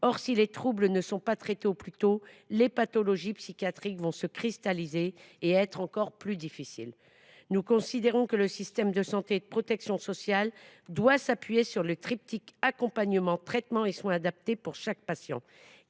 Or, si les troubles ne sont pas traités au plus tôt, les pathologies psychiatriques vont se cristalliser et être encore plus difficiles à traiter. Nous considérons que le système de santé et de protection sociale doit s’appuyer sur le triptyque accompagnement traitement soins adaptés pour chaque patient.